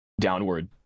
downward